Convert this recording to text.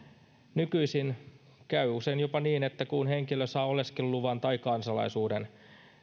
nykyisin käy usein jopa niin että kun henkilö saa oleskeluluvan tai kansalaisuuden